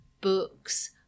books